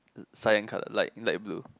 cut like light blue